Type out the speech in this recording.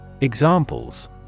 Examples